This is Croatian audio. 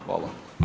Hvala.